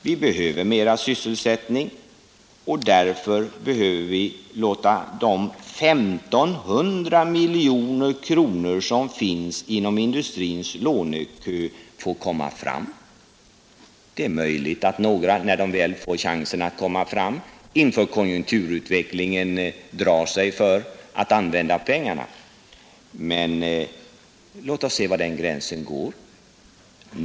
Vi behöver mera sysselsättning och därför behöver vi låta de 1 500 miljoner kronor som finns inom industrins lånekö komma fram. Det är möjligt att några, när de väl får chansen att komma fram, inför konjunkturutvecklingen drar sig för att använda pengarna, men låt oss se var den gränsen går.